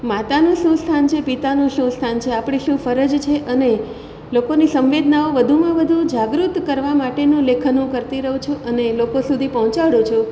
માતાનું શું સ્થાન છે પિતાનું શું સ્થાન છે આપણી શું ફરજ છે અને લોકોની સંવેદનાઓ વધુમાં વધુ જાગૃત કરવા માટેનું લેખન હું કરતી રહું છું અને લોકો સુધી પહોંચાડુ છું